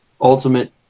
ultimate